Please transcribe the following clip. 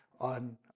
on